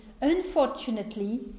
unfortunately